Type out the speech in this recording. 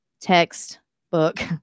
Textbook